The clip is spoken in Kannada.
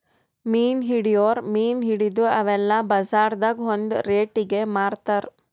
ಮೀನ್ ಹಿಡಿಯೋರ್ ಮೀನ್ ಹಿಡದು ಅವೆಲ್ಲ ಬಜಾರ್ದಾಗ್ ಒಂದ್ ರೇಟಿಗಿ ಮಾರ್ತಾರ್